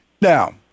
Now